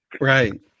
Right